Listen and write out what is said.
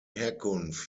herkunft